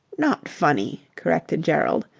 not funny, corrected gerald,